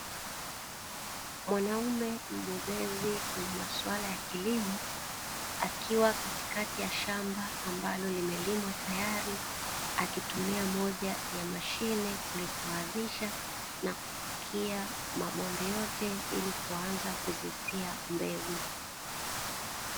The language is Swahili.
Mwanaume mbobezi kwenye maswala ya kilimo akiwa katikati ya shamba ambalo limelimwa tayari, akitumia moja ya mashine kusawazisha na kufukia mabonde yote ili kuanza kuzisia mbegu.